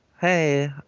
Hey